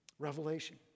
Revelation